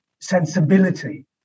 sensibility